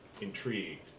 intrigued